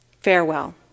farewell